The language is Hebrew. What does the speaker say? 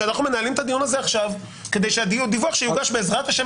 שאנחנו מנהלים את הדיון הזה עכשיו כדי שהדיווח שיוגש בעזרת ה'